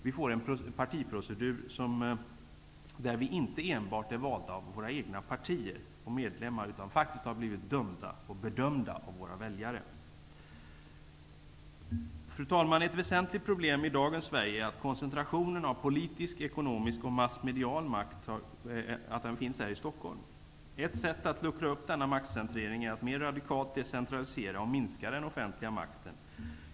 Vi får en partiprocedur som innebär att vi inte enbart är valda av våra egna partier och medlemmar utan faktiskt också har blivit dömda och bedömda av våra väljare. Fru talman! Ett väsentligt problem i dagens Sverige är koncentrationen av politisk, ekonomisk och massmedial makt till Stockholm. Ett sätt att luckra upp denna maktcentrering är att mer radikalt decentralisera och minska den offentliga makten.